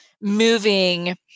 moving